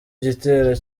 gitero